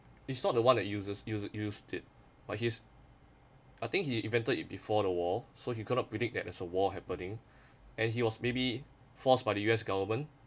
it's not the one that uses use used it but he's I think he invented it before the war so he cannot predict that as a war happening and he was maybe forced by the U_S government